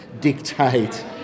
dictate